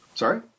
Sorry